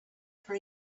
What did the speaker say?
for